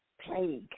Plague